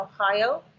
Ohio